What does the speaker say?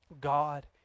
God